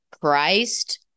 Christ